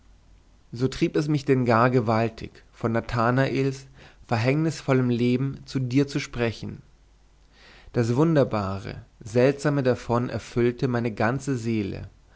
so trieb es mich denn gar gewaltig von nathanaels verhängnisvollem leben zu dir zu sprechen das wunderbare seltsame davon erfüllte meine ganze seele